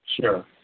Sure